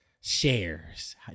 shares